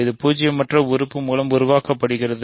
இது பூஜ்ஜியமற்ற உறுப்பு மூலம் உருவாக்கப்படுகிறது